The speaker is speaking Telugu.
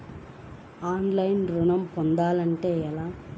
ఆన్లైన్లో ఋణం పొందాలంటే ఎలాగా?